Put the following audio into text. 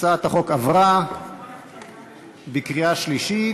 הצעת החוק עברה בקריאה שלישית.